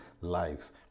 lives